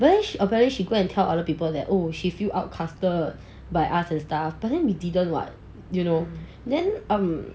but then apparently she go and tell other people that oh she feel outcasted by us and stuff but then we didn't what you know then um